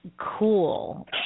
cool